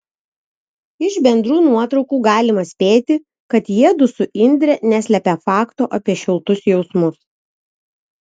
iš bendrų nuotraukų galima spėti kad jiedu su indre neslepia fakto apie šiltus jausmus